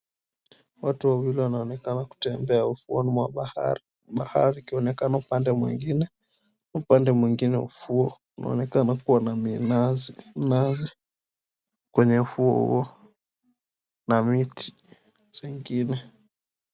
Watu wawili wanaonekana kutembea ufuoni mwa bahari. Bahari ikionekana upande mwingine, na upande mwingine ufuo unaonekana kuwa na minazi kwenye ufuo huo, na miti zingine.